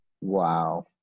Wow